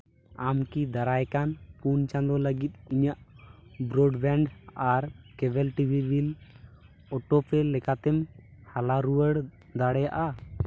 ᱟᱢᱠᱤ ᱫᱟᱨᱟᱭᱠᱟᱱ ᱯᱩᱱ ᱪᱟᱸᱫᱳ ᱞᱟᱹᱜᱤᱫ ᱤᱧᱟᱹᱜ ᱵᱨᱳᱰ ᱵᱮᱝᱠ ᱟᱨ cable TV bill auto pay ᱞᱮᱠᱟ ᱛᱮᱢ ᱦᱟᱞᱟ ᱨᱩᱣᱟᱹᱲ ᱫᱟᱲᱮᱭᱟᱜᱼᱟ